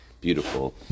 beautiful